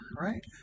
right